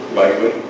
likely